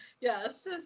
Yes